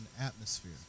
atmosphere